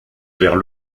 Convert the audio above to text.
vers